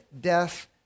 death